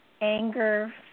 anger